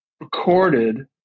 recorded